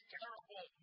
terrible